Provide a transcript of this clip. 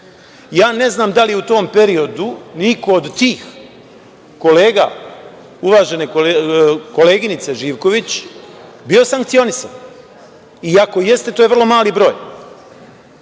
dela. Ne znam da li je u tom periodu neko od tih kolega uvažene koleginice Živković bio sankcionisan? Iako jeste, to je vrlo mali broj.